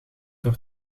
door